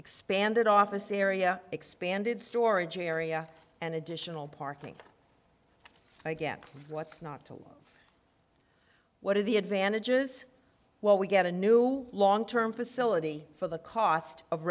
expanded office area expanded storage area and additional parking again what's not to what are the advantages what we get a new long term facility for the cost of